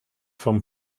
von